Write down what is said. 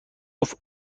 گفت